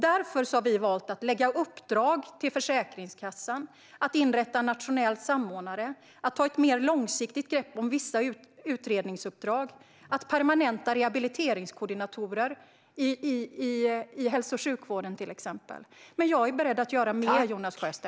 Därför har vi valt att ge Försäkringskassan i uppdrag att inrätta en nationell samordnare, att ta ett mer långsiktigt grepp om vissa utredningsuppdrag och att permanenta rehabiliteringskoordinatorer i till exempel hälso och sjukvården. Men jag är beredd att göra mer, Jonas Sjöstedt.